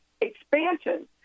expansion